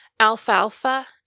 alfalfa